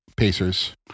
Pacers